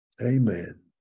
Amen